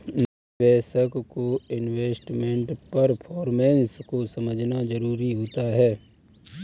निवेशक को investment performance को समझना जरुरी होता है